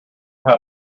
how